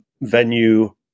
venue